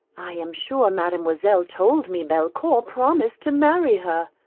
i am sure mademoiselle told me belcour promised to marry her.